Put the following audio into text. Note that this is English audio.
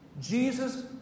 Jesus